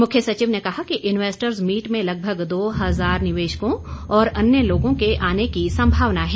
मुख्य सचिव ने कहा कि इन्वेस्ट्स मीट ने लगभग दो हजार निवेशकों और अन्य लोगों के आने की संभावना है